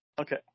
Okay